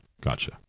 Gotcha